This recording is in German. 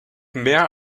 mehr